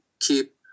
keep